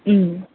ம்